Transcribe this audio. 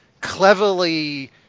cleverly